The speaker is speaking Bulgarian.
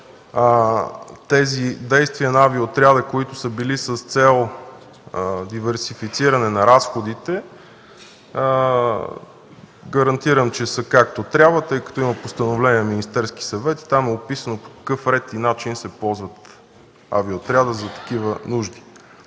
тези действия на авиоотряда, които са били с цел диверсифициране на разходите, гарантирам, че са както трябва, тъй като има постановление на Министерския съвет и там е описано по какъв ред и начин се ползва авиоотрядът за такива нужди.